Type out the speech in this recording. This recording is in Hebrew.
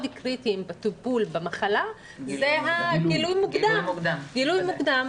קריטיים בטיפול במחלה זה הגילוי המוקדם.